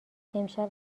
امشب